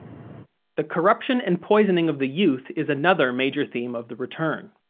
the corruption and poisoning of the youth is another major theme of the return.